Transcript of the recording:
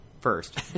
first